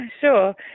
sure